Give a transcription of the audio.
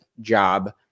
job